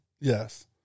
Yes